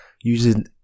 using